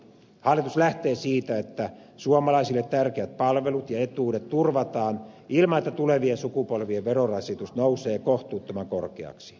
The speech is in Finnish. hallitus lähtee siitä että suomalaisille tärkeät palvelut ja etuudet turvataan ilman että tulevien sukupolvien verorasitus nousee kohtuuttoman korkeaksi